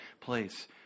place